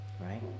right